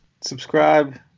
subscribe